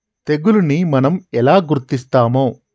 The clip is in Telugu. తెగులుని మనం ఎలా గుర్తిస్తాము?